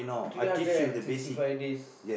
three hundred and sixty five days